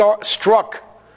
struck